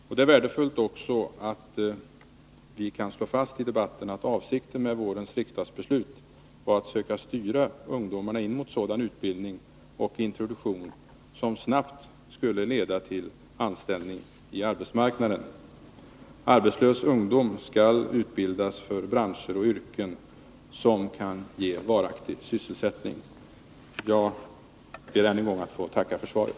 Det är också värdefullt att vi i debatten kan slå fast att avsikten med vårens riksdagsbeslut var att söka styra ungdomarna mot sådan utbildning och introduktion som snabbt skulle leda till anställning inom arbetsmarknaden. Arbetslös ungdom skall utbildas för branscher och yrken som kan ge varaktig sysselsättning. Jag ber än en gång att få tacka för svaret.